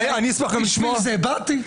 בשביל זה באתי.